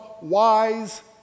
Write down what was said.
wise